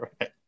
right